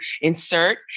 insert